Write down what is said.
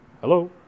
Hello